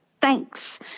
thanks